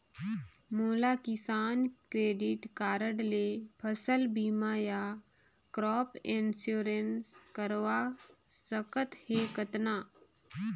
मोला किसान credit card ले फसल बीमा या क्रॉप इंश्योरेंस करवा सकथ हे कतना?